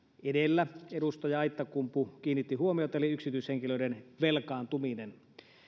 edellä edustaja aittakumpu kiinnitti huomiota eli yksityishenkilöiden velkaantumiseen